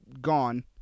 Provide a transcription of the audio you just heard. gone